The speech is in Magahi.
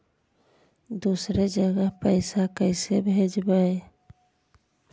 दुसरे जगह पैसा कैसे भेजबै?